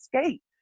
escape